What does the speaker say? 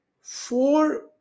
four